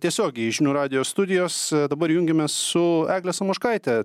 tiesiogiai žinių radijo studijos dabar jungiamės su egle samoškaite